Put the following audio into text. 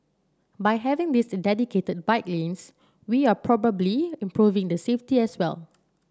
by having these dedicated bike lanes we're probably improving the safety as well